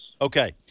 Okay